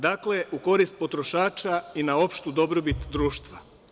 Dakle, u korist potrošača i na opštu dobrobit društva.